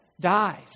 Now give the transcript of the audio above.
dies